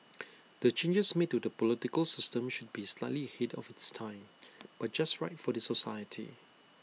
the changes made to the political system should be slightly ahead of its time but just right for the society